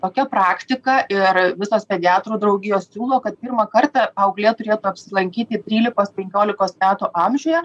tokia praktika ir visos pediatrų draugijos siūlo kad pirmą kartą paauglė turėtų apsilankyti trylikos penkiolikos metų amžiuje